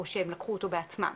או שהם לקחו אותו בעצמם.